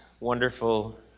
wonderful